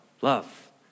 Love